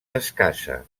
escassa